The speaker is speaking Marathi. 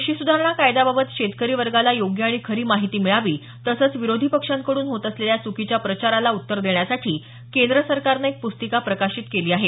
क्रषी सुधारणा कायद्याबाबत शेतकरी वर्गाला योग्य आणि खरी माहिती मिळावी तसंच विरोधी पक्षांकडून होत असलेल्या चुकीच्या प्रचाराला उत्तर देण्यासाठी केंद्र सरकारनं एक पुस्तिका प्रकाशित केली आहे